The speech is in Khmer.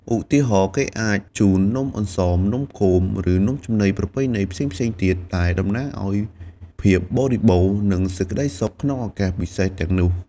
ឧទាហរណ៍ គេអាចជូននំអន្សម នំគម ឬនំចំណីប្រពៃណីផ្សេងៗទៀត ដែលតំណាងឲ្យភាពបរិបូរណ៍ និងសេចក្តីសុខក្នុងឱកាសពិសេសទាំងនោះ។